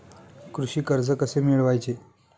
कृषी कर्ज कसे मिळवायचे?